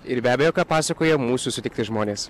ir be abejo ką pasakoja mūsų sutikti žmonės